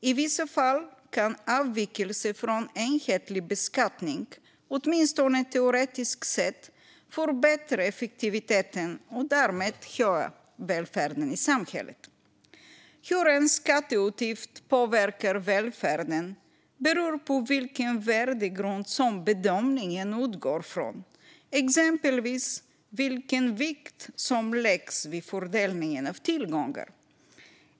I vissa fall kan avvikelser från enhetlig beskattning, åtminstone teoretiskt sett, förbättra effektiviteten och därmed höja välfärden i samhället. Hur en skatteutgift påverkar välfärden beror på vilken värdegrund som bedömningen utgår från, exempelvis vilken vikt som läggs vid fördelningen av tillgångar.